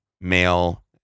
male